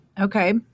Okay